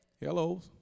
Hello